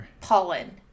pollen